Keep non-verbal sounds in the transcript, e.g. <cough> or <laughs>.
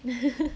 <laughs>